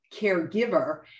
caregiver